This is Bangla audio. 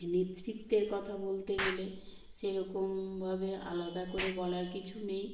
নেতৃত্বের কথা বলতে গেলে সেরকমভাবে আলাদা করে বলার কিছু নেই